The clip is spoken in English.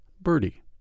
Birdie